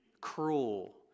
cruel